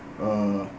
uh